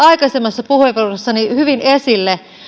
aikaisemmassa puheenvuorossani toin hyvin esille